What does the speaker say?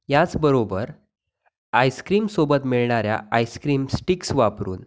याचबरोबर आइसस्क्रीमसोबत मिळणाऱ्या आइसस्क्रीम स्टिक्स वापरून